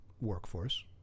workforce